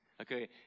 okay